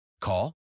Call